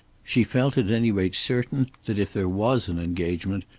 she felt at any rate certain that if there was an engagement,